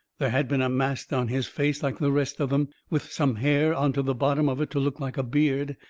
there had been a mask on his face, like the rest of them, with some hair onto the bottom of it to look like a beard.